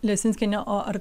lesinskiene o ar